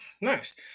Nice